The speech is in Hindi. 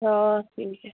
हाँ ठीक है